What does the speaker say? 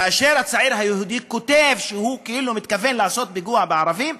כאשר הצעיר היהודי כותב שהוא כאילו מתכוון לעשות פיגוע בערבים,